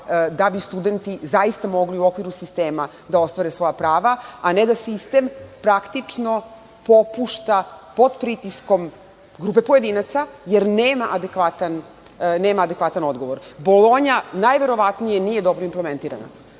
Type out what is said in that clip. da bi studenti zaista mogli u okviru sistema da ostvare svoja prava, a ne da sistem praktično popušta pod pritiskom grupe pojedinaca jer nema adekvatan odgovor. Bolonja najverovatnije nije dobro implementirana.